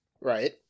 Right